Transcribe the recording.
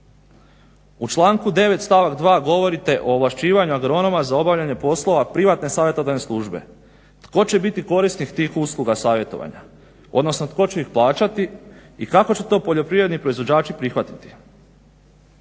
U članku 9. stavak 2. govorite o ovlašćivanju agronoma za obavljanje poslova privatne savjetodavne službe. Tko će biti korisnik tih usluga savjetovanja, odnosno tko će ih plaćati i kako će to poljoprivredni proizvođači prihvatiti?